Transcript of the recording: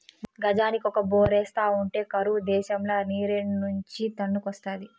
గజానికి ఒక బోరేస్తా ఉంటే కరువు దేశంల నీరేడ్నుంచి తన్నుకొస్తాది